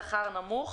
בשכר נמוך